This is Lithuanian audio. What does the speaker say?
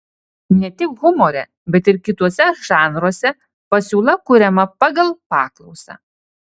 ne tik humore bet ir kituose žanruose pasiūla kuriama pagal paklausą